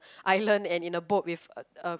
island and in a boat with a a